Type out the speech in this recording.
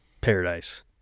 paradise